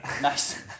nice